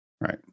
Right